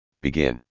begin